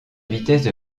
vitesse